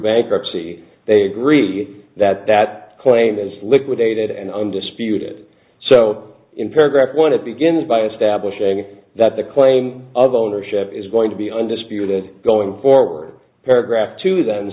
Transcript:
bankruptcy they agree that that claim is liquidated and undisputed so in paragraph one it begins by establishing that the claim of ownership is going to be undisputed going forward paragraph to th